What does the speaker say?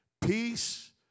peace